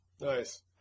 Nice